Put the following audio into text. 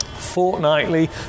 fortnightly